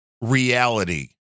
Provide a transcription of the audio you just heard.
reality